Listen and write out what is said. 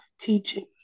teaching